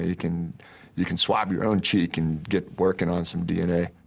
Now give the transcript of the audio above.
you can you can swab your own cheek and get working on some d n a.